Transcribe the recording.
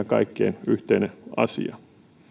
kaikkien yhteinen asia